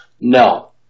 No